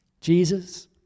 Jesus